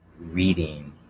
reading